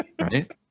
right